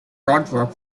boardwalk